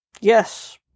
Yes